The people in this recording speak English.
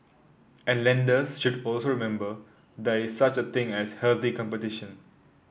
and lenders should also remember there is such a thing as healthy competition